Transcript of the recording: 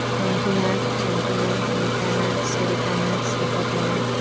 Mantu Nag Chantu Nag Mita Nag Surekha Nag Sripati Nag